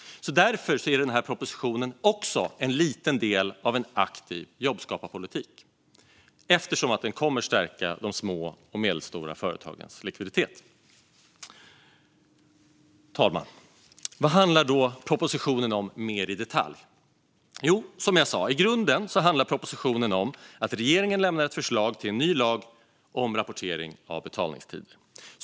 Därför är den här propositionen också en liten del av en aktiv jobbskaparpolitik, eftersom den kommer att stärka de små och medelstora företagens likviditet. Fru talman! Vad handlar då propositionen om mer i detalj? Som jag sa handlar propositionen i grunden om att regeringen lämnar ett förslag till en ny lag om rapportering av betalningstider.